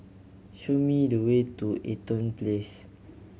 show me the way to Eaton Place